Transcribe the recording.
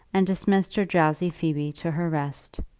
and dismissed her drowsy phoebe to her rest.